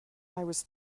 was